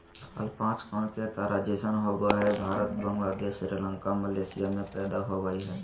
फल पांच कोण के तारा जैसन होवय हई भारत, बांग्लादेश, श्रीलंका, मलेशिया में पैदा होवई हई